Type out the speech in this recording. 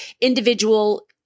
individual